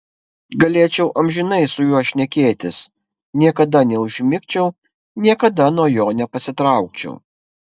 galėčiau amžinai su juo šnekėtis niekada neužmigčiau niekada nuo jo nepasitraukčiau